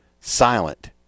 silent